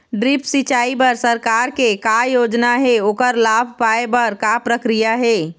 Drip सिचाई बर सरकार के का योजना हे ओकर लाभ पाय बर का प्रक्रिया हे?